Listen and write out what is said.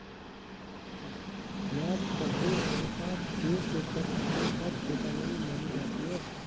ब्याज कवरेज अनुपात दो से कम होने पर चेतावनी मानी जाती है